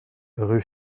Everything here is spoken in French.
rue